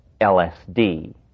LSD